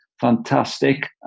fantastic